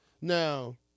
Now